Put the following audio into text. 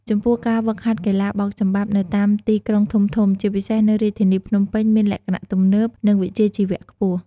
ចំពោះការហ្វឹកហាត់កីឡាបោកចំបាប់នៅតាមទីក្រុងធំៗ ជាពិសេសនៅរាជធានីភ្នំពេញ មានលក្ខណៈ ទំនើប និងវិជ្ជាជីវៈខ្ពស់។